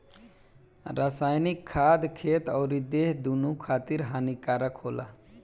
रासायनिक खाद खेत अउरी देह दूनो खातिर हानिकारक होला